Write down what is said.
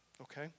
Okay